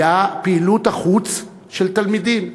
היה פעילות החוץ של תלמידים.